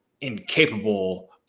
incapable